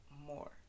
more